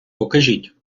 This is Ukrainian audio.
покажіть